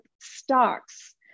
stocks